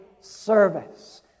service